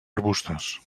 arbustos